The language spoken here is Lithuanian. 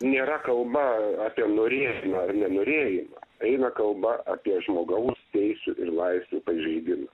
nėra kalba apie norė na nenorėjimą eina kalba apie žmogaus teisių ir laisvių pažeidimus